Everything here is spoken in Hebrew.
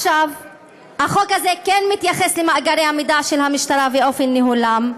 החוק הזה כן מתייחס למאגרי המידע של המשטרה ואופן ניהולם,